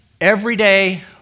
everyday